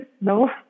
no